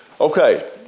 Okay